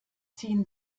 ziehen